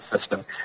system